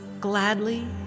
gladly